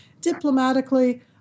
Diplomatically